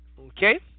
Okay